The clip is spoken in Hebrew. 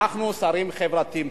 אנחנו שרים חברתיים.